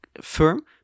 firm